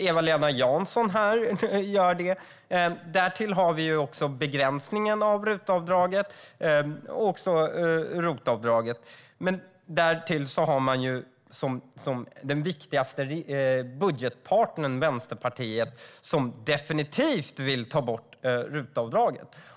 Eva-Lena Jansson gör det. Vi har också begränsningen av RUT-avdraget och ROT-avdraget. Därtill har man den viktigaste budgetpartnern, Vänsterpartiet, som definitivt vill ta bort RUT-avdraget.